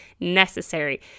necessary